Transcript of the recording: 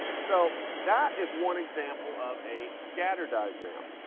so that is one example of a scatter diagram.